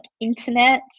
internet